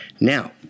Now